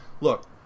look